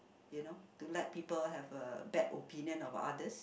you know to let people have a bad opinion of others